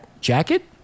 Jacket